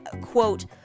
quote